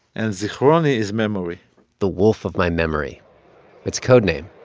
and zichroni is memory the wolf of my memory it's a code name.